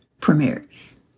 premieres